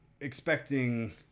expecting